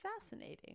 fascinating